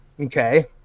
Okay